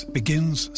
begins